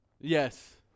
Yes